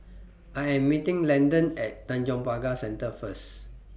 I Am meeting Landan At Tanjong Pagar Centre First